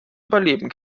überleben